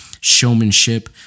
showmanship